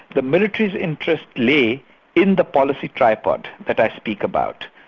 the military's interests lay in the policy tripod that i speak about.